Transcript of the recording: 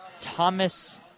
Thomas